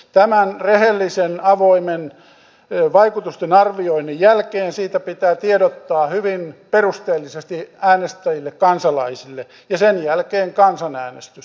tämän rehellisen avoimen vaikutusten arvioinnin jälkeen siitä pitää tiedottaa hyvin perusteellisesti äänestäjille kansalaisille ja sen jälkeen kansanäänestys